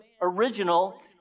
original